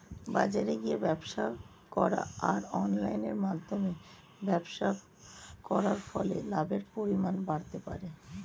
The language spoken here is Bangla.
বাজারে গিয়ে ব্যবসা করা আর অনলাইনের মধ্যে ব্যবসা করার ফলে লাভের পরিমাণ বাড়তে পারে?